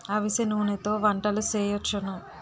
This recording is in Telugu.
అవిసె నూనెతో వంటలు సేయొచ్చును